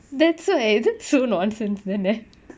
that's so that's so nonsense